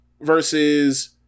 versus